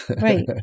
right